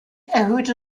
erhöhte